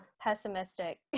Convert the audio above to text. pessimistic